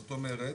זאת אומרת